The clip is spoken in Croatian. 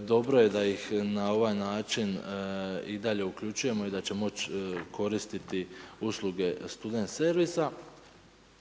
dobro da ih na ovaj način i dalje uključujemo i da će moći koristiti usluge Student servisa